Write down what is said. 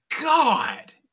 god